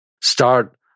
start